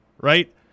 right